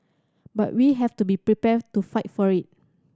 but we have to be prepared to fight for it